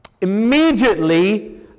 immediately